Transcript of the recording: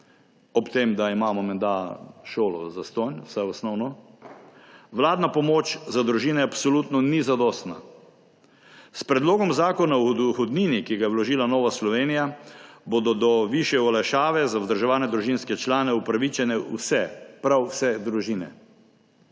ob tem da imamo menda šolo zastonj, vsaj osnovno. Vladna pomoč za družine absolutno ni zadostna. S predlogom zakona o dohodnini, ki ga je vložila Nova Slovenija, bodo do višje olajšave za vzdrževane družinske člane upravičene vse, prav vse družine.